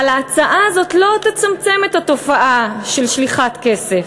אבל ההצעה הזאת לא תצמצם את התופעה של שליחת כסף.